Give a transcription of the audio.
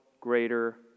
greater